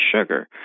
sugar